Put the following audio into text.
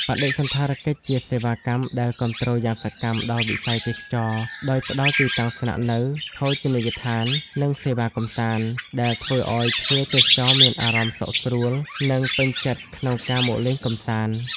បដិសណ្ឋារកិច្ច ជាសេវាកម្មដែលគាំទ្រយ៉ាងសកម្មដល់វិស័យទេសចរណ៍ ដោយផ្តល់ទីតាំងស្នាក់នៅ ភោជនីយដ្ឋាន និងសេវាកម្សាន្ត ដែលធ្វើឲ្យភ្ញៀវទេសចរមានអារម្មណ៍សុខស្រួល និងពេញចិត្តក្នុងការមកលេងកម្សាន្ត។